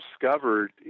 discovered